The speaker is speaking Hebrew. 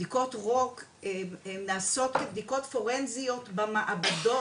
בדיקות רוק נעשות כבדיקות פורנזיות במעבדות,